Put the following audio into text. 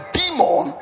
demon